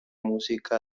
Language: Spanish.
música